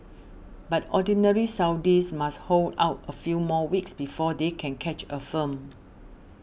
but ordinary Saudis must hold out a few more weeks before they can catch a film